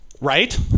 right